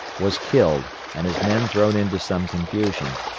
was killed and his men thrown into some confusion,